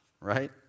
right